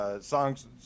songs